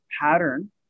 pattern